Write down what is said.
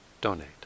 donate